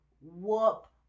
whoop